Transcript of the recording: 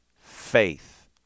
faith